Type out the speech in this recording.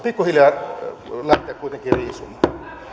pikkuhiljaa lähteä kuitenkin riisumaan